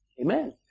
Amen